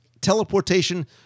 teleportation